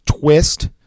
twist